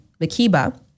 Makiba